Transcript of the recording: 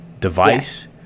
device